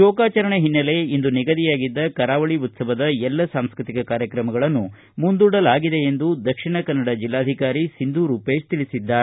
ಶೋಕಾಚರಣೆ ಹಿನ್ನೆಲೆ ಇಂದು ನಿಗದಿಯಾಗಿದ್ದ ಕರಾವಳಿ ಉತ್ಪವದ ಎಲ್ಲ ಸಾಂಸ್ಟತಿಕ ಕಾರ್ಯಕ್ರಮಗಳನ್ನು ಮುಂದೂಡಲಾಗಿದೆ ಎಂದು ದಕ್ಷಿಣ ಕನ್ನಡ ಜಿಲ್ಲಾಧಿಕಾರಿ ಸಿಂಧು ರೂಪೇಶ್ ತಿಳಿಸಿದ್ದಾರೆ